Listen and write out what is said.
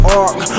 arc